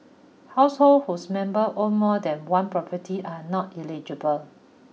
households whose member own more than one property are not eligible